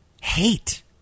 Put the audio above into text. Hate